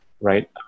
right